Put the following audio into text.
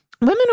women